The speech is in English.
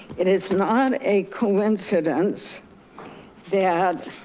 it is not a coincidence that